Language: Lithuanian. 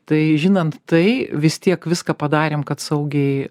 tai žinant tai vis tiek viską padarėm kad saugiai